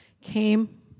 came